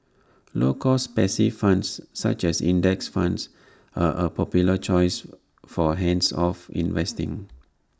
low cost passive funds such as index funds are A popular choice for hands off investing